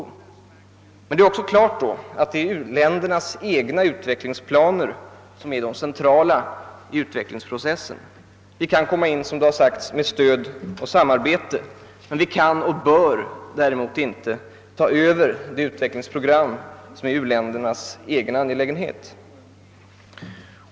Men det är då också klart att det är u-ländernas egna utvecklingsplaner som är det centrala i utvecklingsprocessen. Vi kan som sagt komma in med stöd och samarbete, men vi kan och bör däremot inte ta över det utvecklings program som är u-ländernas egen angelägenhet.